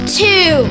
two